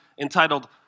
entitled